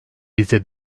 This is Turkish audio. bize